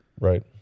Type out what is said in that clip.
Right